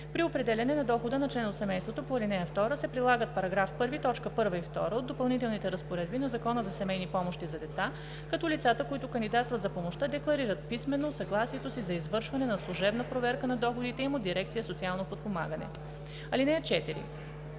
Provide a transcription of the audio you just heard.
При определяне на дохода на член от семейството по ал. 2 се прилагат § 1, т. 1 и 2 от допълнителните разпоредби на Закона за семейни помощи за деца, като лицата, които кандидатстват за помощта, декларират писмено съгласието си за извършване на служебна проверка на доходите им от дирекция „Социално подпомагане“. (4)